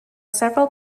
several